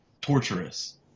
torturous